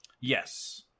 yes